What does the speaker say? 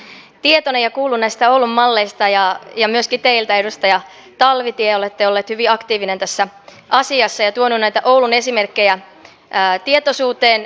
olen tietoinen ja kuullut näistä oulun malleista ja myöskin teiltä edustaja talvitie olette ollut hyvin aktiivinen tässä asiassa ja tuonut näitä oulun esimerkkejä tietoisuuteen